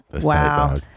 Wow